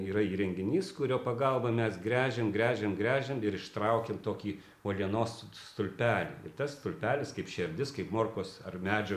yra įrenginys kurio pagalba mes gręžiam gręžiam gręžiam ir ištraukiam tokį uolienos stulpelį tas stulpelis kaip šerdis kaip morkos ar medžio